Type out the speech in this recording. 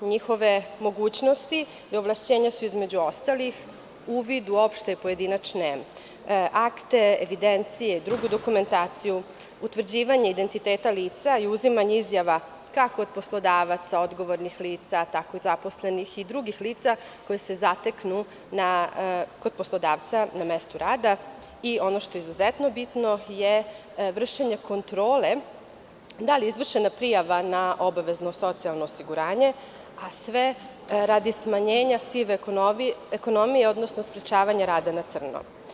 Njihove mogućnosti i ovlašćenja su između ostalih uvid u opšte pojedinačne akte, evidencije i drugu dokumentaciju, utvrđivanje identiteta lica i uzimanje izjava, kako od poslodavaca, odgovornih lica, tako i zaposlenih i drugih lica koja se zateknu kod poslodavca na mestu rada i ono što je izuzetno bitno je vršenje kontrole da li je izvršena prijava na obavezno socijalno osiguranje, a sve radi smanjenja sive ekonomije, odnosno sprečavanja rada na crno.